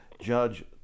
judge